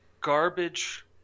garbage